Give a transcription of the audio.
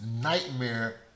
nightmare